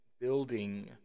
Building